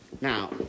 Now